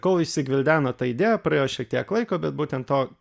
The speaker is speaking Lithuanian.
kol išsigvildeno ta idėja praėjo šiek tiek laiko bet būtent to